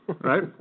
right